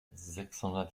sechshundert